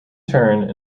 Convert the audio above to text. turn